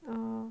a